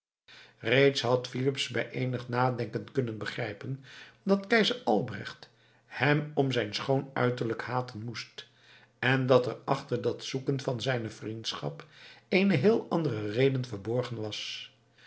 reeds had filips bij eenig nadenken kunnen begrijpen dat keizer albrecht hem om zijn schoon uiterlijk haten moest en dat er achter dat zoeken van zijne vriendschap eene heel andere reden verborgen was